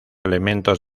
elementos